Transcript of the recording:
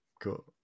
cool